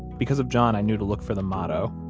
because of john, i knew to look for the motto.